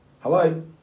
Hello